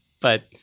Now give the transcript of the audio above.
But-